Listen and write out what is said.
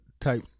type